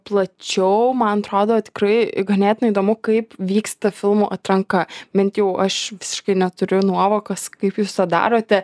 plačiau man atrodo tikrai ganėtinai įdomu kaip vyksta filmų atranka bent jau aš visiškai neturiu nuovokos kaip jūs tą darote